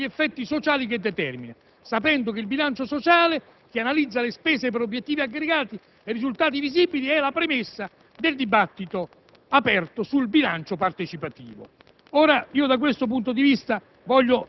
bilancio per gli effetti contabili ma anche per gli effetti sociali che determina, sapendo che il bilancio sociale, che analizza le spese per obiettivi aggregati e risultati visibili, è la premessa del dibattito aperto sul bilancio partecipativo.